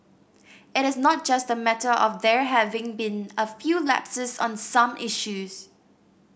it is not just a matter of there having been a few lapses on some issues